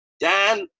Dan